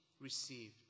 received